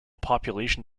population